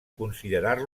considerar